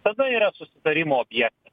sada yra susitarimo pbjektas